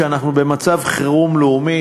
שאנחנו במצב חירום לאומי